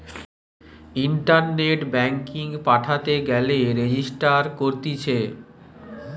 ইন্টারনেটে ব্যাঙ্কিং পাঠাতে গেলে রেজিস্টার করতিছে